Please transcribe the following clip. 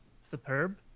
superb